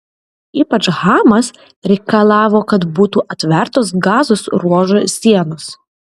ypač hamas reikalavo kad būtų atvertos gazos ruožo sienos